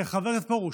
חבר הכנסת פרוש,